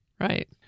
Right